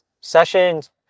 sessions